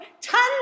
tons